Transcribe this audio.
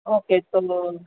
okay તો